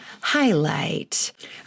highlight